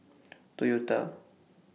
Toyota